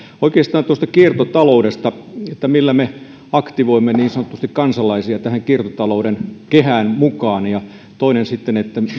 oikeastaan tuosta kiertotaloudesta eli siitä millä me niin sanotusti aktivoimme kansalaisia tähän kiertotalouden kehään mukaan ja toisena sitten